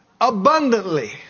abundantly